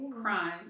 crime